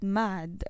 mad